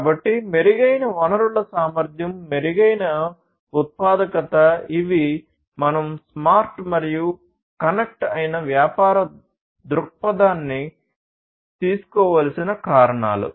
కాబట్టి మెరుగైన వనరుల సామర్థ్యం మెరుగైన ఉత్పాదకత ఇవి మనం స్మార్ట్ మరియు కనెక్ట్ అయిన వ్యాపార దృక్పథాన్ని తీసుకోవలసిన కారణాలు